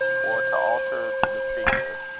or, to alter the figure,